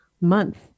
month